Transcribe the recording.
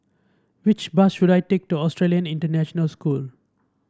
which bus should I take to Australian International School